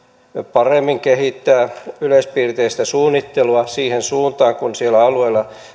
paremmin kehittää yleispiirteistä suunnittelua siihen suuntaan kuin siellä alueella